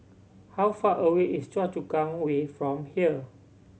how far away is Choa Chu Kang Way from here